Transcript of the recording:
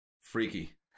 Freaky